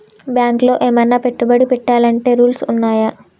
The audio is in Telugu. బ్యాంకులో ఏమన్నా పెట్టుబడి పెట్టాలంటే రూల్స్ ఉన్నయా?